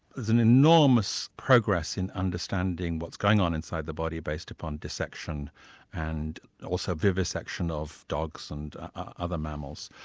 was and enormous progress in understanding what's going on inside the body based upon dissection and also vivisection of dogs and other mammals.